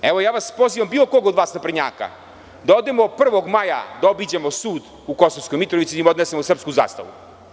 Evo, ja vas pozivam, bilo koga od vas naprednjaka da odemo 1. maja da obiđemo sud Kosovskoj Mitrovici i da im odnesemo srpsku zastavu.